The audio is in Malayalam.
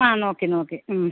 ആ നോക്കി നോക്കി